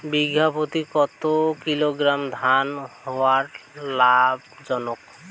বিঘা প্রতি কতো কিলোগ্রাম ধান হওয়া লাভজনক?